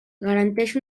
garanteix